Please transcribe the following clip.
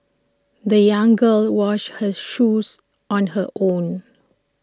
the young girl washed her shoes on her own